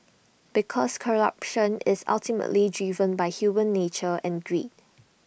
because corruption is ultimately driven by human nature and greed